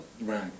Right